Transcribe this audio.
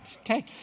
Okay